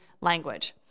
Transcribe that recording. language